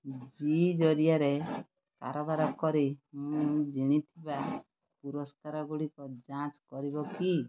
ଜୀ ଜରିଆରେ କାରବାର କରି ମୁଁ ଜିଣିଥିବା ପୁରସ୍କାରଗୁଡ଼ିକ ଯାଞ୍ଚ କରିବ କି